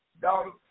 daughter